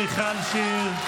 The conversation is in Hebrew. מיכל שיר.